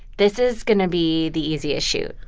this is going to be the easiest shoot.